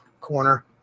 corner